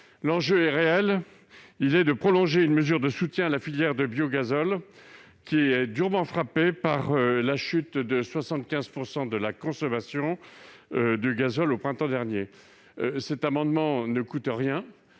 L'enjeu est réel. Il s'agit de prolonger une mesure de soutien à la filière de biogazole, durement frappée par la chute de 75 % de la consommation de gazole au printemps dernier. Un tel dispositif ne coûte rien.